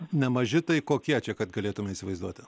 nemaži tai kokie čia kad galėtume įsivaizduoti